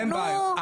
אין בעיות,